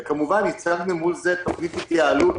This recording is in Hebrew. וכמובן הצגנו מול זה תוכנית התייעלות